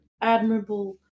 admirable